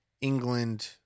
England